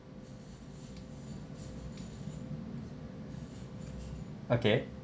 okay